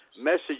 message